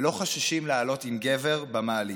ולא חוששים לעלות עם גבר במעלית.